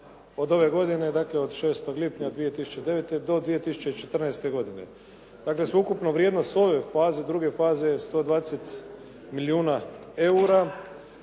od ove godine, dakle od 6. lipnja 2009. do 2014. godine. Dakle, sveukupno vrijednost ove faze, druge faze je 120 milijuna eura,